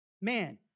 Man